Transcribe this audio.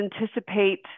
anticipate